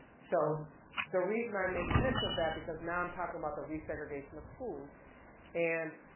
so the reason i make mention of that because now i'm talking about the resegregation of schools and